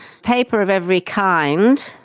paper of every kind,